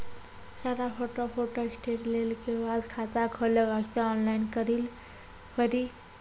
सारा photo photostat लेल के बाद खाता खोले वास्ते ऑनलाइन करिल पड़ी?